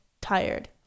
tired